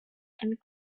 and